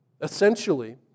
Essentially